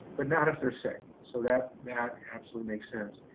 but not if they're sick. so that that absolutely makes sense.